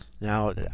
Now